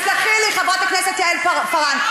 תסלחי לי, חברת הכנסת יעל פארן.